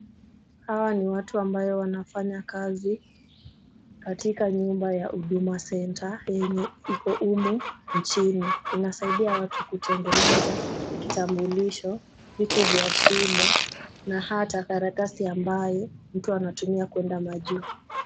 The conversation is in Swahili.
Hawa ni watu ambayo wanafanya kazi katika nyumba ya Huduma Center yenye iko humu nchini. Inasaidia watu kutengeneza kitambulisho, vitu vya shule na hata karatasi ambayo mtu anatumia kwenda majuu .